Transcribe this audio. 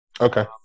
Okay